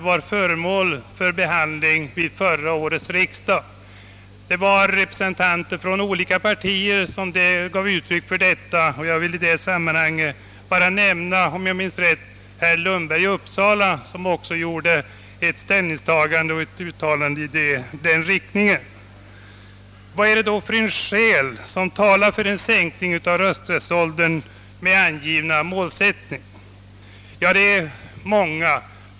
Då frågan behandlades vid förra årets riksdag gav representanter från olika partier uttryck härför. Bl. a. gjorde herr Lundberg i Uppsala ett uttalande i den riktningen. Vilka skäl talar då för en sänkning av rösträttsåldern på det angivna sättet? Ja, det är många.